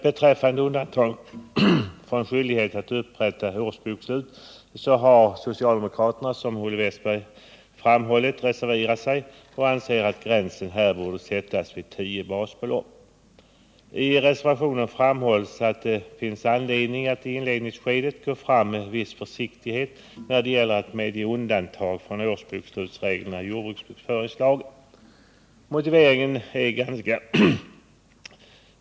Beträffande undantag från skyldighet att upprätta årsbokslut har socialdemokraterna, som Olle Westberg framhållit, reserverat sig. De anser att gränsen här borde sättas vid tio basbelopp. I reservationen framhålles att det finns anledning att i inledningsskedet gå fram med en viss försiktighet när det gäller undantag från årsbokslutsreglerna i jordbruksbokföringslagen.